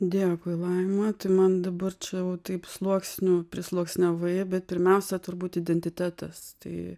dėkui laima tai man dabar čia jau taip sluoksnių prisluoksniavai bet pirmiausia turbūt identitetas tai